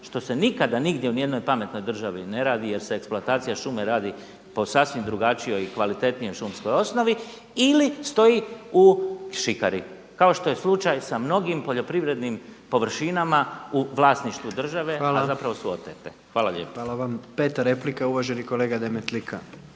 što se nikada nigdje u ni jednoj pametnoj državi ne radi jer se eksploatacija šume radi po sasvim drugačijoj i kvalitetnijoj šumskoj osnovi. Ili stoji u šikari kao što je slučaj sa mnogim poljoprivrednim površinama u vlasništvu države, a zapravo su otete. Hvala lijepa. **Jandroković, Gordan (HDZ)** Hvala. Peta replika uvaženi kolega Demetlika.